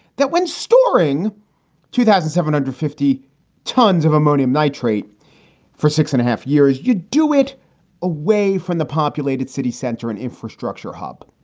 that when storing two thousand seven hundred fifty tons of ammonium nitrate for six and a half years, you do it away from the populated city center and infrastructure hub.